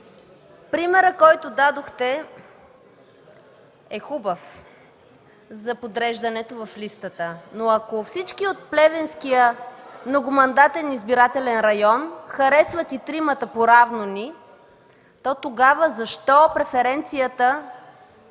примерът, който дадохте е хубав, за подреждането в листата, но ако всички от Плевенския многомандатен избирателен район харесват и тримата по равно, то тогава защо преференцията,